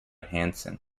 hanson